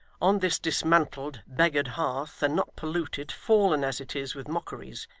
on this dismantled, beggared hearth, and not pollute it, fallen as it is, with mockeries.